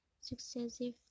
successive